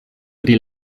pri